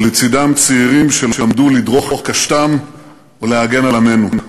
ולצדם צעירים שלמדו לדרוך את קשתם ולהגן על עמנו.